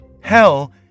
Hell